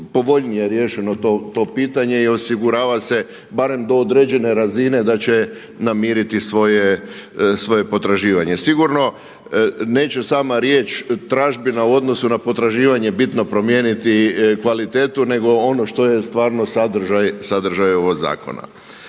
povoljnije riješeno to pitanje i osigurava se barem do određene razine da će namiriti svoje potraživanje. Sigurno neće sama riječ tražbina u odnosu na potraživanje bitno promijeniti kvalitetu nego ono što je stvarno sadržaj ovog zakona.